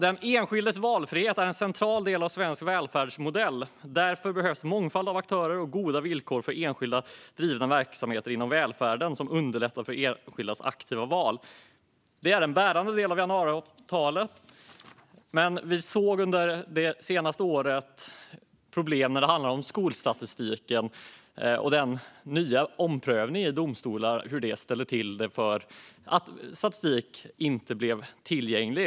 Den enskildes valfrihet är en central del av den svenska välfärdsmodellen. Därför behövs en mångfald av aktörer och goda villkor för enskilt drivna verksamheter inom välfärden som underlättar för enskildas aktiva val. Detta är en bärande del av januariavtalet. Vi har dock under det senaste året sett problem när det handlar om skolstatistiken och hur den nya omprövningen i domstolar ställt till det så att statistik inte blivit tillgänglig.